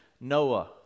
Noah